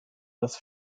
das